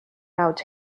out